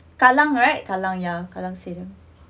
kallang right kallang ya kallang stadium